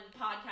podcast